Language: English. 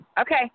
Okay